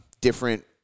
different